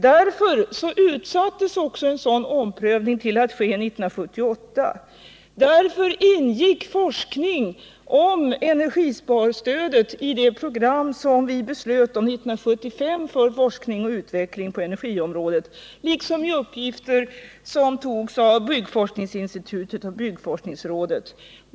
Därför utsattes också en sådan omprövning att ske 1978, och därför ingick forskning om energisparstödet i det program som vi beslöt om 1975 för forskning och utveckling på energiområdet liksom i de uppgifter som togs upp av byggforskningsinstitutet och byggforskningsrådet.